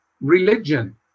religion